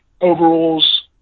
overalls